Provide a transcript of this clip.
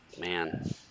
man